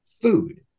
food